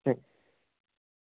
ठीक